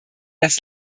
das